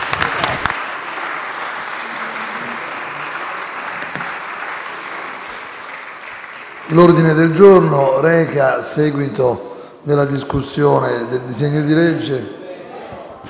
L'ordine del giorno reca il seguito della discussione dei disegni di legge